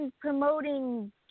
promoting